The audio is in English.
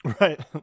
Right